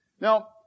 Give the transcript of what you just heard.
Now